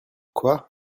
quoi